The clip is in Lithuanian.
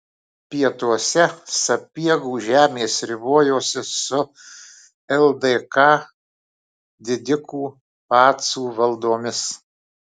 pietuose sapiegų žemės ribojosi su ldk didikų pacų valdomis